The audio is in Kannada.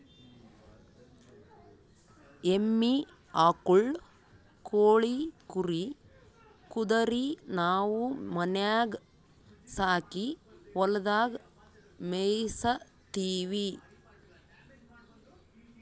ಎಮ್ಮಿ ಆಕುಳ್ ಕೋಳಿ ಕುರಿ ಕುದರಿ ನಾವು ಮನ್ಯಾಗ್ ಸಾಕಿ ಹೊಲದಾಗ್ ಮೇಯಿಸತ್ತೀವಿ